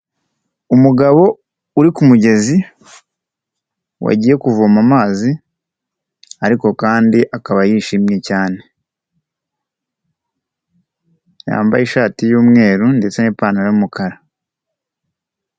Umugabo uri ku mugezi wagiye kuvoma amazi, ariko kandi akaba yishimye cyane, yambaye ishati y'umweru ndetse n'ipantaro y'umukara.